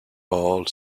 old